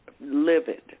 livid